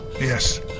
Yes